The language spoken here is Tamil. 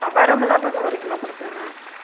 வர மெளகாய் ஒரு கிலோ கொடுத்துருங்க